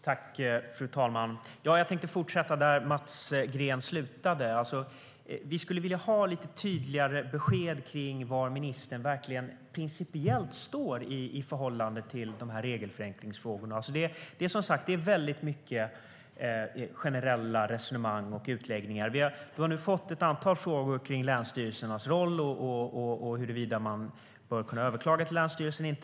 Fru talman! Jag tänkte fortsätta där Mats Green slutade. Vi skulle vilja ha lite tydligare besked om var ministern principiellt står i förhållande till regelförenklingsfrågorna. Det är som sagt väldigt mycket generella resonemang och utläggningar. Vi har hunnit få ett antal frågor om länsstyrelsernas roll och huruvida man bör kunna överklaga till länsstyrelsen.